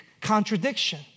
contradiction